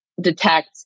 detect